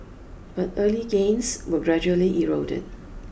but early gains were gradually eroded